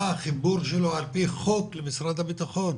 מה החיבור שלו על פי חוק למשרד הבטחון?